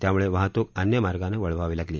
त्यामुळे वाहतूक अन्य मार्गाने वळवावी लागली